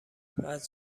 واز